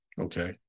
Okay